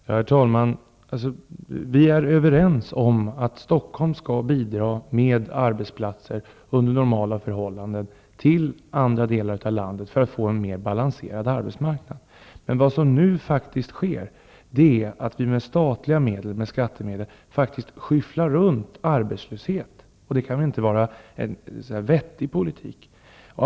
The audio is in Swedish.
Herr talman! Vi är överens om att Stockholm under normala förhållanden skall bidra med arbetsplatser till andra delar av landet för att skapa en mer balanserad arbetsmarknad. Vad som nu faktiskt sker är att vi med skattemedel skyfflar runt arbetslöshet, och det kan väl inte vara en vettig politik.